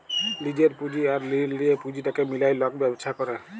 লিজের পুঁজি আর ঋল লিঁয়ে পুঁজিটাকে মিলায় লক ব্যবছা ক্যরে